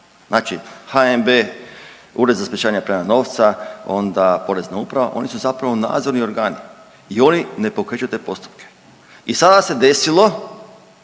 Znači HNB, Ured za sprečavanje pranja novca onda Porezna uprava oni su zapravo nadzorni organi i oni ne pokreću te postupke. I sada se desilo